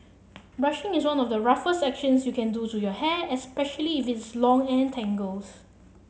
brushing is one of the roughest actions you can do to your hair especially if it's long and tangles